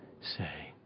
say